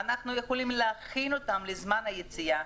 להכינם לזמן היציאה,